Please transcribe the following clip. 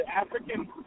African